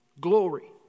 Glory